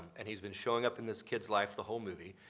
and he's been showing up in this kid's life the whole movie.